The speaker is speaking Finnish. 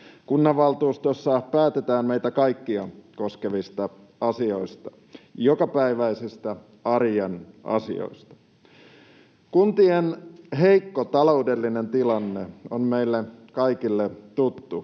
Kunnanvaltuustoissa päätetään meitä kaikkia koskevista asioista, jokapäiväisistä arjen asioista. Kuntien heikko taloudellinen tilanne on meille kaikille tuttu.